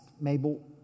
Mabel